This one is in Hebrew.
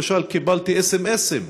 למשל, קיבלתי סמ"סים